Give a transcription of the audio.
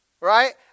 right